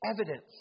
evidence